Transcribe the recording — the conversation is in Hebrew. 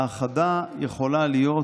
האחדה יכולה להיות,